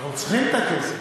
אנחנו צריכים את הכסף,